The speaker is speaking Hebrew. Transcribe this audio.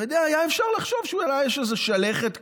אתה יודע, אפשר היה לחשוב שאולי יש איזה שלכת קלה,